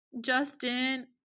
Justin –